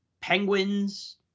Penguins